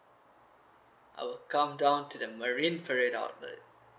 I will come down to the marine parade outlet